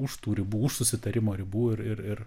už tų ribų už susitarimo ribų ir ir